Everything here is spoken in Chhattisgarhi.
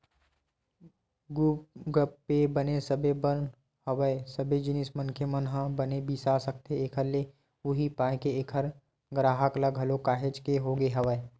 गुगप पे बने सबे बर हवय सबे जिनिस मनखे मन ह बने बिसा सकथे एखर ले उहीं पाय के ऐखर गराहक ह घलोक काहेच के होगे हवय